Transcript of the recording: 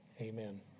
Amen